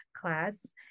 class